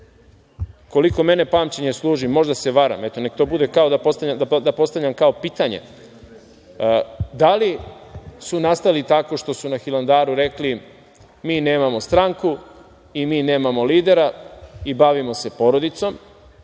koliko mene pamćenje služi, možda se varam, eto, neka to bude kao da postavljam pitanje, da li su nastali tako što su na Hilandaru rekli – mi nemamo stranku i mi nemamo lidera i bavimo se porodicom?